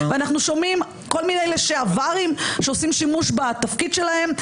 ואנחנו שומעים כל מיני לשעברים שעושים שימוש בתפקיד שלהם,